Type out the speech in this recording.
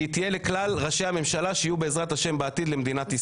והיא תהיה לכלל ראשי הממשלה שיהיו בעזרת ה' בעתיד למדינת ישראל.